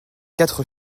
quatre